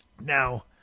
Now